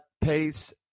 pace